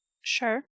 Sure